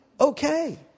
okay